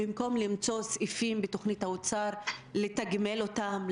אלא במקום נמצא סעיפים בתוכנית האוצר לתגמל אותם,